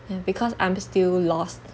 and because I'm still lost